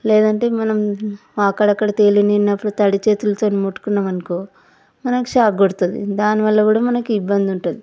లేదంటే మనం అక్కడక్కడ తేలినవి ఉన్నప్పుడు తడి చేతులతో ముట్టుకున్నాం అనుకో మనకు షాక్ కొడుతుంది దానివల్ల కూడా మనకు ఇబ్బంది ఉంటుంది